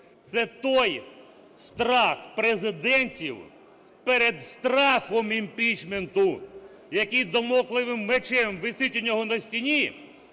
це той страх президентів перед страхом імпічменту, який дамокловим мечем висить у нього на стіні,